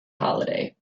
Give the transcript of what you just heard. holiday